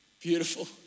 beautiful